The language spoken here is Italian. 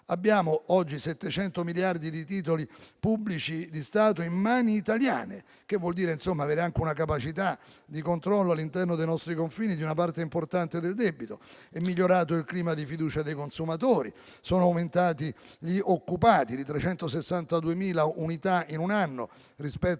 Abbiamo oggi 700 miliardi di titoli pubblici di Stato in mani italiane; ciò vuol dire avere anche una capacità di controllo all'interno dei nostri confini di una parte importante del debito. È migliorato il clima di fiducia dei consumatori, gli occupati sono aumentati di 362.000 unità in un anno rispetto